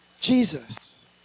Jesus